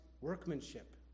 workmanship